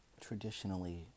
Traditionally